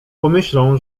pomyślą